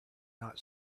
not